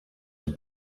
this